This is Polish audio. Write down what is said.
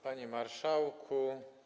Panie Marszałku!